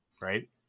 right